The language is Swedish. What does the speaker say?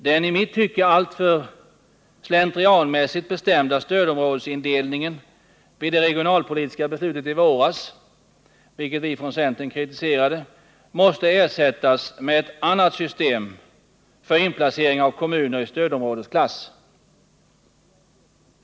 Den i mitt tycke alltför slentrianmässigt bestämda stödområdesindelningen i samband med det regionalpolitiska beslutet i våras — en indelning som vi från centern kritiserade — måste ersättas med ett annat system med inplacering av kommuner i stödområdesklass.